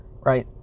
Right